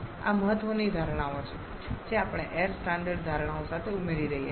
આ મહત્વની ધારણાઓ છે જે આપણે એર સ્ટાન્ડર્ડ ધારણાઓ સાથે ઉમેરી રહ્યા છીએ